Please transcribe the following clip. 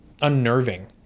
unnerving